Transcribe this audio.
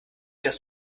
das